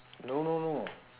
no no no